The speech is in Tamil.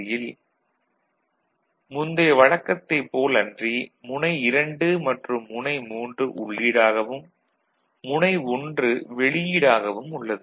யில் முந்தைய வழக்கத்தைப் போல் அன்றி முனை 2 மற்றும் முனை 3 உள்ளீடாகவும் முனை 1 வெளியீடு ஆகவும் உள்ளது